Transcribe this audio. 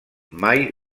mai